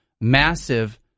massive